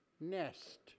nest